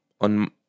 on